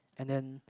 and then